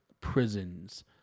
prisons